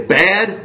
bad